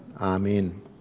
Amen